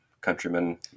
countrymen